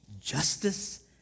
justice